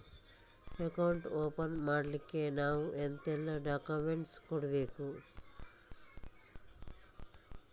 Account open ಮಾಡ್ಲಿಕ್ಕೆ ನಾವು ಎಂತೆಲ್ಲ ಡಾಕ್ಯುಮೆಂಟ್ಸ್ ಕೊಡ್ಬೇಕು?